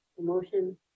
Motion